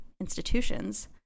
institutions